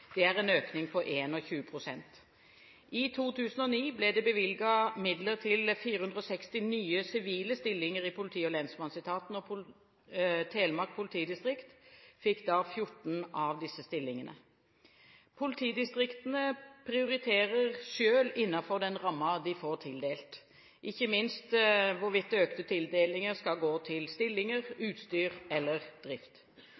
Det er en økning på 21 pst. I 2009 ble det bevilget midler til 460 nye sivile stillinger i politi- og lensmannsetaten, og Telemark politidistrikt fikk da 14 av disse stillingene. Politidistriktene prioriterer selv innenfor den rammen de får tildelt, ikke minst hvorvidt økte tildelinger skal gå til stillinger, utstyr eller drift.